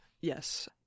Yes